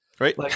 Right